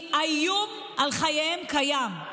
האיום על חייהן קיים,